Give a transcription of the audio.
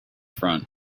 front